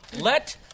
Let